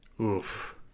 Oof